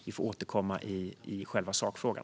Vi får återkomma i själva sakfrågan.